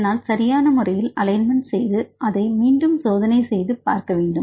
அதனால் சரியான முறையில் அலைன்மெண்ட் செய்து அதை மீண்டும் சோதனை செய்து பார்க்க வேண்டும்